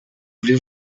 voulez